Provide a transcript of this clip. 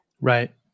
Right